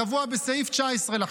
הקבוע בסעיף 19 לחוק.